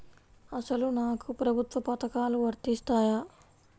అసలు నాకు ప్రభుత్వ పథకాలు వర్తిస్తాయా?